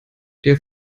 der